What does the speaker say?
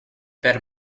per